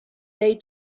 they